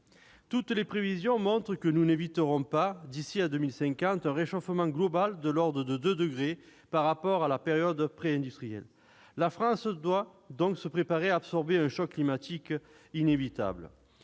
Toutes les prévisions montrent que nous n'éviterons pas, d'ici à 2050, un réchauffement global de l'ordre de 2 degrés par rapport à la période préindustrielle. La France doit donc se préparer à absorber un choc climatique inévitable.